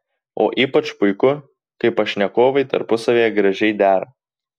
o ypač puiku kai pašnekovai tarpusavyje gražiai dera